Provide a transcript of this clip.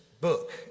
book